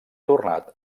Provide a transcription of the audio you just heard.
tornat